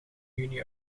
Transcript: juni